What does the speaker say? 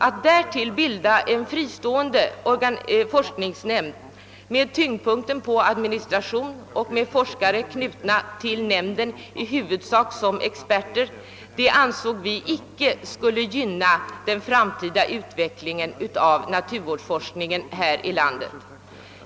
Att därtill bilda en fristående forskningsnämnd med tyngdpunkten lagd på administration och med forskare knutna till nämnden i huvudsak som experter ansåg vi icke skulle gynna den framtida utvecklingen av naturvårdsforskningen här i landet.